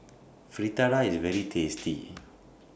Fritada IS very tasty